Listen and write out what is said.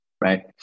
right